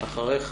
אחריך